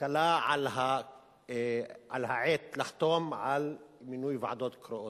קלה על העט לחתום על מינוי ועדות קרואות.